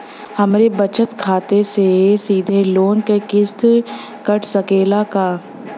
हमरे बचत खाते से सीधे लोन क किस्त कट सकेला का?